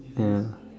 ya